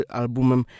albumem